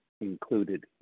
included